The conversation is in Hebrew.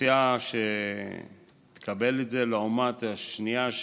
האוכלוסייה שתקבל את זה לעומת השנייה,